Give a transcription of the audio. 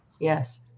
Yes